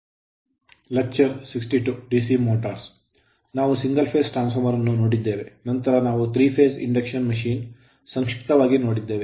ನಾವು single phase transformer single phase transformer ಅನ್ನು ನೋಡಿದ್ದೇವೆ ನಂತರ ನಾವು 3 phase induction machine 3 phase induction ಯಂತ್ರಗಳನ್ನು ಸಂಕ್ಷಿಪ್ತವಾಗಿ ನೋಡಿದ್ದೇವೆ